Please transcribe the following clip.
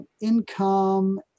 income